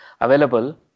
available